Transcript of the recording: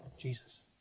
Jesus